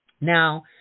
Now